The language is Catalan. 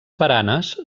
baranes